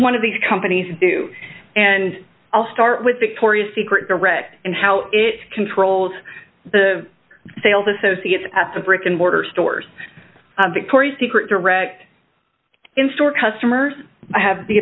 one of these companies do and i'll start with victoria's secret direct and how it controls the sales associates at the brick and mortar stores victoria's secret direct in store customers have the